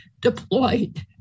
deployed